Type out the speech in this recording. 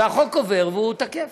והחוק עובר, והוא תקף.